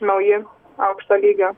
nauji aukšto lygio